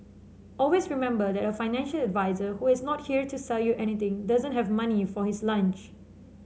always remember that a financial advisor who is not here to sell you anything doesn't have money for his lunch